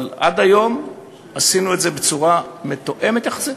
אבל עד היום עשינו את זה בצורה מתואמת יחסית,